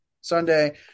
Sunday